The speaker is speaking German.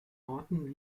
orten